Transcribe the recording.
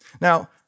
Now